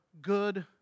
good